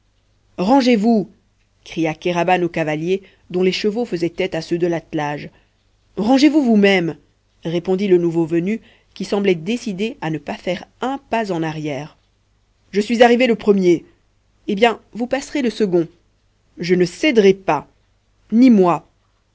rangez-vous cria kéraban aux cavaliers dont les chevaux faisaient tête à ceux de l'attelage rangez-vous vous-mêmes répondit le nouveau venu qui semblait décidé à ne pas faire un pas en arrière je suis arrivé le premier eh bien vous passerez le second je ne céderai pas ni moi